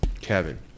Kevin